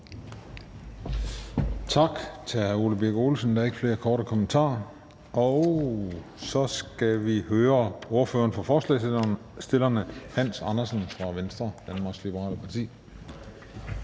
Tak til hr. Ole Birk Olesen. Der er ikke flere korte bemærkninger. Så skal vi høre ordføreren for forslagsstillerne, hr. Hans Andersen fra Venstre, Danmarks Liberale Parti.